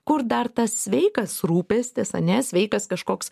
kur dar tas sveikas rūpestis ane sveikas kažkoks